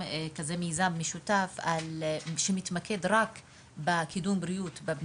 למיזם של פורום משותף שמתמקד רק בקידום בריאות בקרב